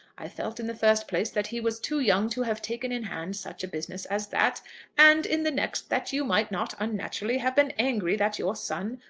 i felt, in the first place, that he was too young to have taken in hand such a business as that and, in the next, that you might not unnaturally have been angry that your son,